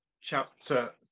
chapter